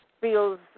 feels